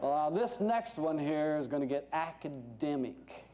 that this next one here is going to get academic